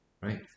right